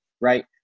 right